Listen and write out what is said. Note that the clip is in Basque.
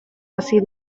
hasi